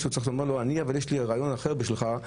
אבל יש לי רעיון אחר בשבילך.